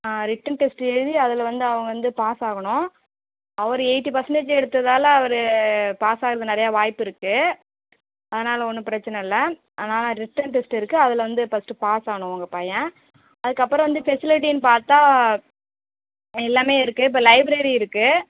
return test எழுதி அதில் வந்து அவங்க வந்து பாஸ் ஆகணும் அவர் எயிட்டி பர்சண்டேஜ் எடுத்ததால் அவர் பாஸ் ஆகிறது நிறையா வாய்ப்பு இருக்குது அதனால் ஒன்றும் பிரச்சனை இல்லை ஆனால் ரிட்டன் டெஸ்ட்டு இருக்குது அதில் வந்து ஃபஸ்ட்டு பாஸ் ஆகணும் உங்கள் பையன் அப்புறம் வந்து ஃபெசிலிட்டினு பார்த்தா எல்லாமே இருக்குது இப்போ லைப்ரரி இருக்குது